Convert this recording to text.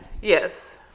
yes